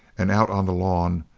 and out on the lawn,